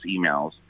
emails